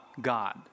God